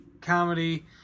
comedy